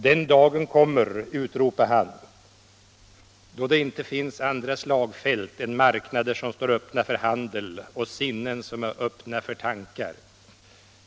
”Den dagen kommer,” utropade han, ”då det inte finns andra slagfält än marknader som står öppna för handel, och sinnen som är öppna för tankar.